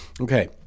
Okay